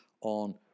on